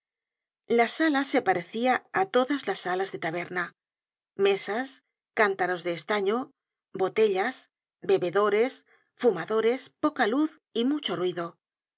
la sala se parecia á todas las salas de taberna mesas cántaros de estaño botellas bebedores fumadores poca luz y mucho ruido